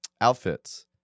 outfits